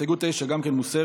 הסתייגות 9, מוסרת.